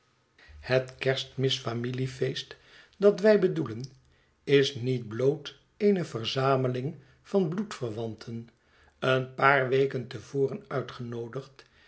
het kerstmis familiefeest dat wij bedoelen is niet bloot eene verzameling van bloedverwanten een paar weken te vorenuitgenoodigd